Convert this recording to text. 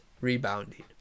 rebounding